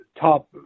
top